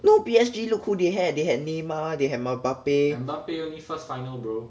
no P_S_G look who they had they had neymar they had mbappe